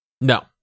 No